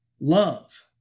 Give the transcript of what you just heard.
love